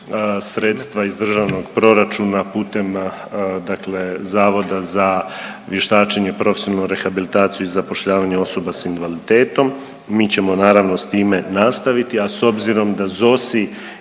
sredstva iz Državnog proračuna putem dakle Zavoda za vještačenje, profesionalnu rehabilitaciju i zapošljavanje osoba s invaliditetom. Mi ćemo naravno s time nastaviti, a s obzirom da ZOSI